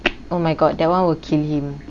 oh my god that one would kill him